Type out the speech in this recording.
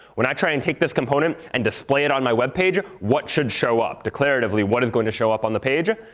when i try and take this component and display it on my web page, what should show up? declaratively, what is going to show up on the page?